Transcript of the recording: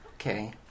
Okay